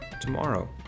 tomorrow